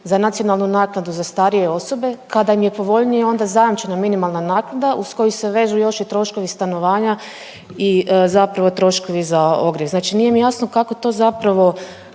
za nacionalnu naknadu za starije osobe kada im je povoljnije onda zajamčena minimalna naknada uz koju se vežu još i troškovi stanovanja i zapravo troškovi za ogrjev. Znači nije mi jasno kako to zapravo,